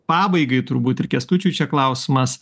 pabaigai turbūt ir kęstučiui čia klausimas